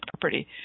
property